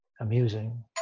amusing